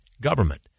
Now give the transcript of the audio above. government